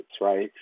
right